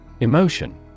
Emotion